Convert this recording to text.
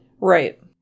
Right